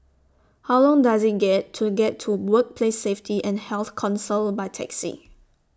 How Long Does IT get to get to Workplace Safety and Health Council By Taxi